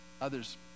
Others